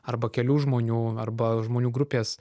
arba kelių žmonių arba žmonių grupės